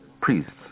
priests